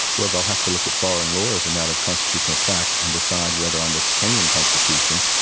well, they'll have to look at foreign law as a matter of constitutional fact and decide whether under kenyan constitution,